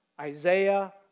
Isaiah